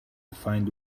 find